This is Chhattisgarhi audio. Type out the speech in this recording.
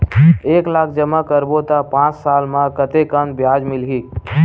एक लाख जमा करबो त पांच साल म कतेकन ब्याज मिलही?